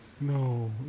No